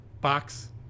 box